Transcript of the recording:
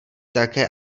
také